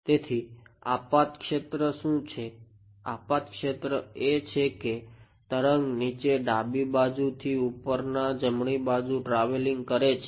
તેથી આપાત ક્ષેત્ર શું છે આપાત ક્ષેત્ર એ છે કે તરંગ નીચે ડાબી બાજુથી ઉપરના જમણી બાજુ ટ્રાવેલિંગ કરે છે